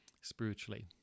spiritually